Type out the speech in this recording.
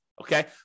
Okay